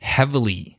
Heavily